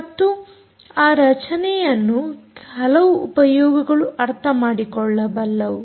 ಮತ್ತು ಆ ರಚನೆಯನ್ನು ಹಲವು ಉಪಯೋಗಗಳು ಅರ್ಥ ಮಾಡಿಕೊಳ್ಳಬಲ್ಲವು